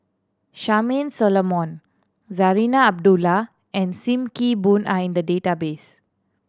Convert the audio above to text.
Charmaine Solomon Zarinah Abdullah and Sim Kee Boon are in the database